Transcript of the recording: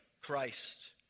Christ